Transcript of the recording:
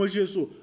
Jesus